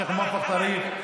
השייח' מוואפק טריף,